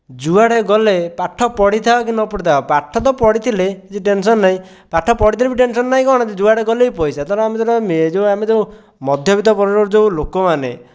ଯୁଆଡ଼େ ଗଲେ ପାଠ ପଢ଼ିଥାଅ କି ନ ପଢ଼ିଥାଅ ପାଠ ତ ପଢ଼ିଥିଲେ କିଛି ଟେନ୍ସନ୍ ନାହିଁ ପାଠ ପଢ଼ିଥିଲେ ବି ଟେନ୍ସନ୍ ନାହିଁ କ'ଣ ଯେ ଯୁଆଡ଼େ ଗଲେ ବି ପଇସା ଧର ଆମେ ଯେଉଁ ଆମେ ଯେଉଁ ଯେଉଁ ମଧ୍ୟବିତ ପରିବାରର ଯେଉଁ ଲୋକମାନେ